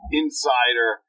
insider